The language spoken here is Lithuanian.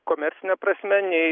komercine prasme nei